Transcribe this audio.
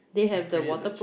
it's pretty legit